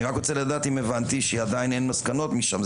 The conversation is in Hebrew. אני רק רוצה לדעת אם הבנתי שעדיין אין מסקנות משם.